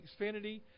Xfinity